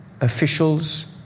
officials